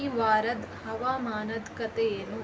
ಈ ವಾರದ ಹವಾಮಾನದ ಕಥೆ ಏನು